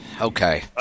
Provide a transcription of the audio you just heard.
Okay